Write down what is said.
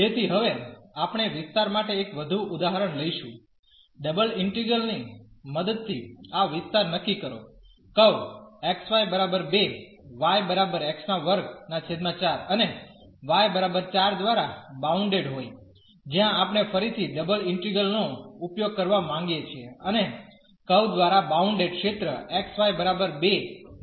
તેથી હવે આપણે વિસ્તાર માટે એક વધુ ઉદાહરણ લઈશું ડબલ ઇન્ટિગ્રલ ની મદદથી વિસ્તાર નક્કી કરો કર્વ અને y 4 દ્વારા બાઉન્ડેડ હોઈ જ્યાં આપણે ફરીથી ડબલ ઇન્ટિગ્રલ નો ઉપયોગ કરવા માંગીએ છીએ અને કર્વ દ્વારા બાઉન્ડેડ ક્ષેત્ર xy બરાબર 2 નક્કી કરો